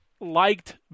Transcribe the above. liked